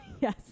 Yes